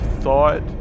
thought